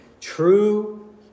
True